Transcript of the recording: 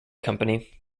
company